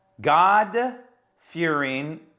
God-fearing